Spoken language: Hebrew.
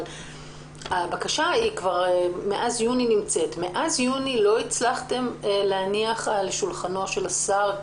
הבקשה נמצאת אצלכם מיוני.